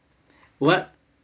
what